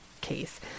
case